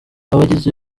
abagize